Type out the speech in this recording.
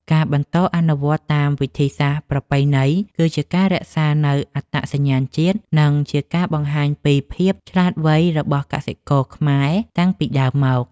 ការបន្តអនុវត្តតាមវិធីសាស្ត្រប្រពៃណីគឺជារក្សានូវអត្តសញ្ញាណជាតិ និងជាការបង្ហាញពីភាពឆ្លាតវៃរបស់កសិករខ្មែរតាំងពីដើមមក។